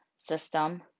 system